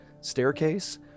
staircase